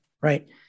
right